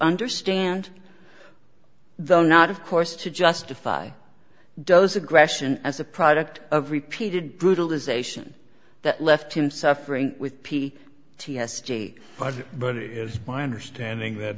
understand though not of course to justify does aggression as a product of repeated brutalization that left him suffering with p t s j but it is my understanding